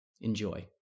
Enjoy